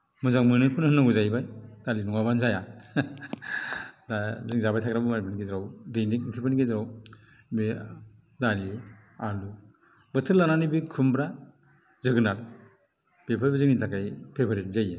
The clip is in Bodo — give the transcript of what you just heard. मोजां मोनोखौनो होननांगौ जाहैबाय दालि नङाब्लानो जाया दा जों जाबाय थाग्रा मुवाफोरनि गेजेराव डेलि ओंख्रिफोरनि गेजेराव बे दालि आलु बोथोर लानानै बे खुमब्रा जोगोनार बेफोरबो जोंनि थाखाय फेभराइट जायो